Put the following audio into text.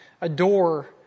adore